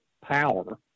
power